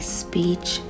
speech